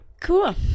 Cool